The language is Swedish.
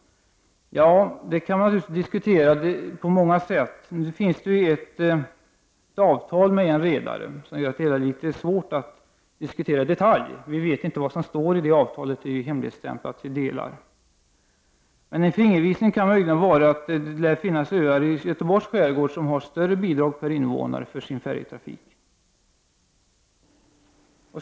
Det kan i och för sig diskuteras. Nu finns det ett avtal med en redare, men vi vet inte vad det innehåller. Eftersom delar av detta avtal är hemligstämplat är det svårt att diskutera det hela i detalj. En fingervisning kan möjligen vara att det lär finnas öar i Göteborgs skärgård som har större bidrag per invånare för sin färjetrafik.